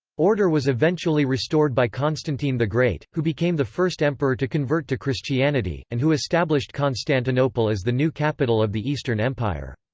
order was eventually restored by constantine the great, who became the first emperor to convert to christianity, and who established constantinople as the new capital of the eastern empire.